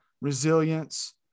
resilience